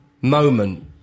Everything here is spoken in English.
moment